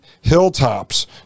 hilltops